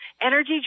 Energy